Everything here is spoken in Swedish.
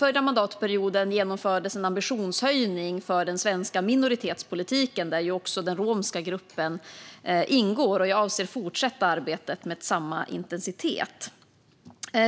Förra mandatperioden genomfördes en ambitionshöjning för den svenska minoritetspolitiken, där ju också den romska gruppen ingår, och jag avser att fortsätta arbetet med samma intensitet.